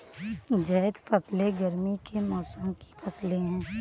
ज़ैद फ़सलें गर्मी के मौसम की फ़सलें हैं